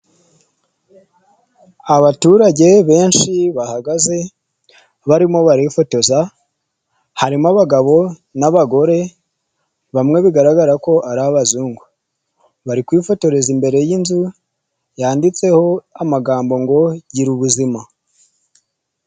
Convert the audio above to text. Abaturage benshi bahagaze barimo barifotoza, harimo abagabo n'abagore, bamwe bigaragara ko ari abazungu, bari kwifotoreza imbere y'inzu, yanditseho amagambo ngo'' gira ubuzima.''